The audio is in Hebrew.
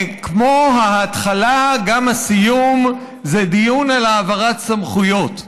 כמו ההתחלה, גם הסיום זה דיון על העברת סמכויות.